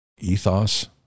ethos